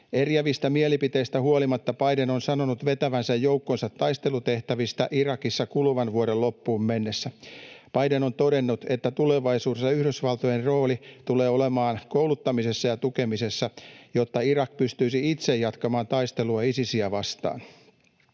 Eriävistä mielipiteistä huolimatta Biden on sanonut vetävänsä joukkonsa taistelutehtävistä Irakissa kuluvan vuoden loppuun mennessä. Biden on todennut, että tulevaisuudessa Yhdysvaltojen rooli tulee olemaan kouluttamisessa ja tukemisessa, jotta Irak pystyisi itse jatkamaan taistelua Isisiä vastaan.